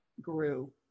grew